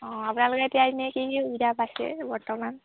অঁ আপোনালোকে এতিয়া এনেই কি কি সুবিধা পাইছে বৰ্তমান